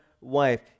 wife